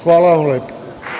Hvala vam lepo.